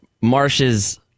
Marsh's